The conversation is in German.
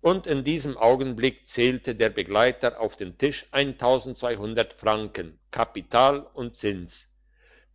und in diesem augenblick zählte der begleiter auf den tisch eintausendundzweihundert franken kapital und zins